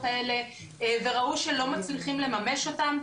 האלה וראו שלא מצליחים לממש אותם.